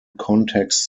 context